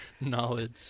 knowledge